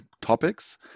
topics